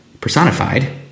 personified